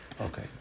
Okay